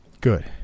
Good